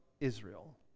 Israel